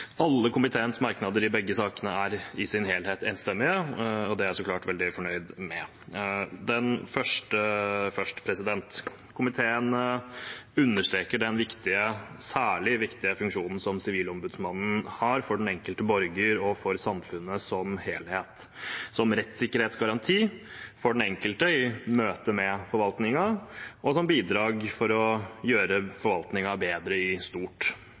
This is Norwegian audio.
Alle komiteens merknader i begge sakene er i sin helhet enstemmige, og det er jeg så klart veldig fornøyd med. Den første først: Komiteen understreker den særlig viktige funksjonen som Sivilombudsmannen har for den enkelte borger og for samfunnet som helhet – som rettssikkerhetsgaranti for den enkelte i møtet med forvaltningen og som bidrag for å gjøre forvaltningen bedre i stort.